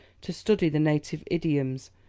to study the native idioms,